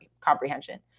comprehension